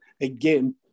again